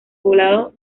poblado